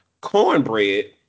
cornbread